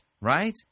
right